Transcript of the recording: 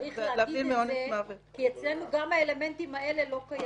צריך להגיד את זה כי אצלנו גם האלמנטים האלה לא קיימים.